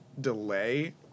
delay